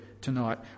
tonight